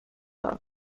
off